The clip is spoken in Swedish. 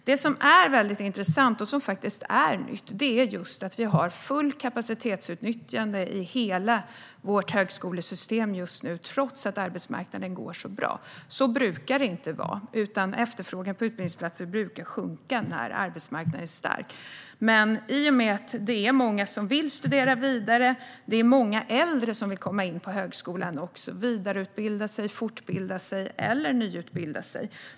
Det som är väldigt intressant och som faktiskt är nytt är att vi har fullt kapacitetsutnyttjande i hela vårt högskolesystem just nu, trots att arbetsmarknaden går så bra. Så brukar det inte vara. Efterfrågan på utbildningsplatser brukar minska när arbetsmarknaden är stark. Men det är många som vill studera vidare. Det är också många äldre som vill komma in på högskolan. De vill vidareutbilda sig, fortbilda sig eller nyutbilda sig.